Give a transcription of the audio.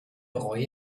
bereue